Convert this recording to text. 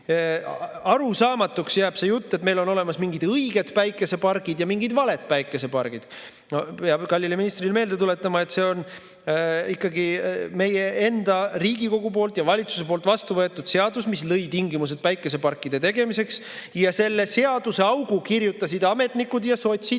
Arusaamatuks jääb see jutt, et meil on olemas mingid õiged päikesepargid ja mingid valed päikesepargid. Peab kallile ministrile meelde tuletama, et see on ikkagi meie enda Riigikogu ja valitsuse vastuvõetud seadus, mis lõi tingimused päikeseparkide tegemiseks. Ametnikud ja sotsid